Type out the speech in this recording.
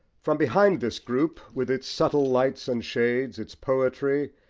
from behind this group with its subtle lights and shades, its poetry,